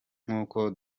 nkuko